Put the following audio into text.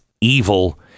evil